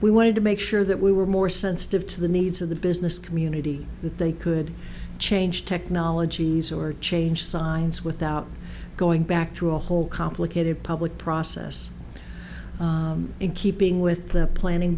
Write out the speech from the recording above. we wanted to make sure that we were more sensitive to the needs of the business community that they could change technologies or change signs without going back through a whole complicated public process in keeping with the planning